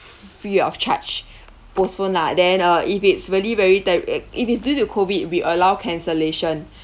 free of charge postpone lah then uh if it's really very ter~ uh if it's due to COVID we allow cancellation